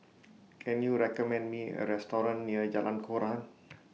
Can YOU recommend Me A Restaurant near Jalan Koran